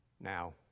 Now